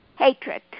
hatred